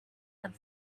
and